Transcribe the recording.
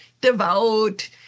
devout